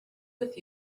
with